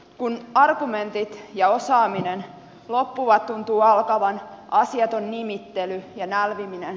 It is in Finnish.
kun argumentit ja osaaminen loppuvat tuntuu alkavan asiaton nimittely ja nälviminen